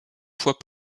fois